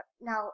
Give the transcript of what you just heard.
now